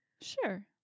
sure